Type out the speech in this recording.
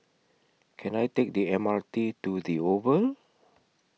Can I Take The M R T to The Oval